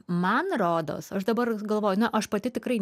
man rodos aš dabar galvoju nu aš pati tikrai